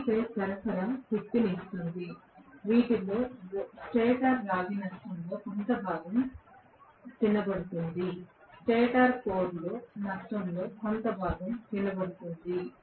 3 ఫేజ్ల సరఫరా శక్తిని ఇస్తుంది వీటిలో స్టేటర్ రాగి నష్టంతో కొంత భాగం తినబడుతుంది స్టేటర్ కోర్ నష్టంతో కొంత భాగం తినబడుతుంది